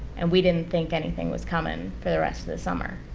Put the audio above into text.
and we didn't think anything was coming for the rest of the summer.